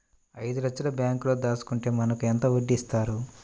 ఐదు లక్షల బ్యాంక్లో దాచుకుంటే మనకు ఎంత వడ్డీ ఇస్తారు?